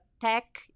tech